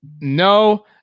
no